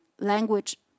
language